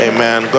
Amen